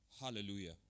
Hallelujah